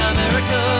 America